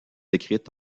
écrites